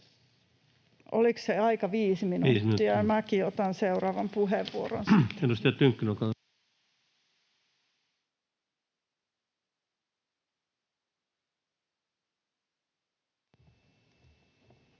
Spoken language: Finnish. Oliko se aika 5 minuuttia? Minäkin otan seuraavan puheenvuoron